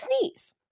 sneeze